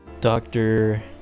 Doctor